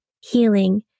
healing